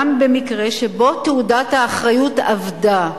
גם במקרה שבו תעודת האחריות אבדה.